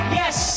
yes